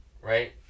Right